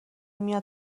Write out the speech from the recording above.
میاد